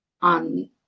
on